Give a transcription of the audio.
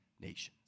nations